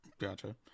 Gotcha